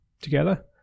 together